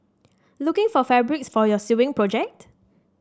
looking for fabrics for your sewing project